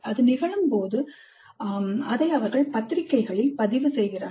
அது நிகழும்போது அதை அவர்கள் பத்திரிக்கைகளில் பதிவு செய்கிறார்கள்